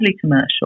commercial